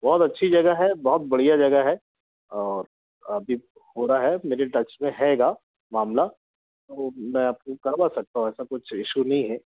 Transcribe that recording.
बहुत अच्छी जगह है बहुत बढ़िया जगह है और अभी हो रहा है मेरे टच में हैगा मामला वो मैं आपको करवा सकता हूँ ऐसा कुछ इशू नहीं है